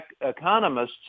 economists